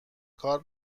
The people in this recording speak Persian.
کار